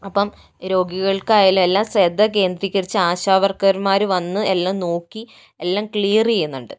അപ്പോൾ രോഗികൾക്കായാലും എല്ലാ ശ്രദ്ധ കേന്ദ്രികരിച്ച് ആശാവർക്കർമാർ വന്ന് എല്ലാം നോക്കി എല്ലാം ക്ലിയർ ചെയ്യുന്നുണ്ട്